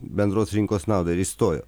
bendros rinkos naudą ir įstojo